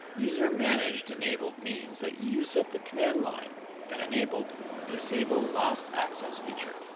user managed enabled means that you set the command line and enabled disable last access feature.